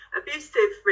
abusive